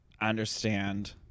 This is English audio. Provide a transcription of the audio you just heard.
understand